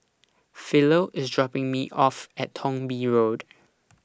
Philo IS dropping Me off At Thong Bee Road